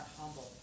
humble